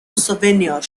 souvenir